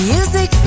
Music